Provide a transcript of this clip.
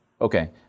Okay